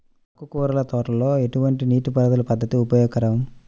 ఆకుకూరల తోటలలో ఎటువంటి నీటిపారుదల పద్దతి ఉపయోగకరం?